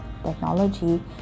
technology